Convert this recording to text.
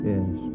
Yes